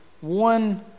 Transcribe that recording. one